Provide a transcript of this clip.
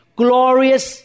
glorious